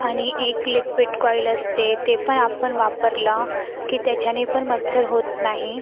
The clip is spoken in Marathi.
आणि एक लेक्पिट कॉईल असते ते पण आपण वापरला की त्याच्याने पण मच्छर होत नाही